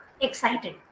excited